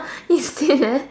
is still there